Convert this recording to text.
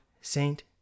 Saint